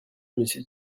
monsieur